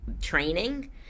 training